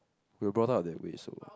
we're brought up that way so